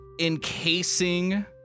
encasing